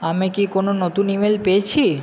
আমি কি কোনো নতুন ইমেল পেয়েছি